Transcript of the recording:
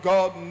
God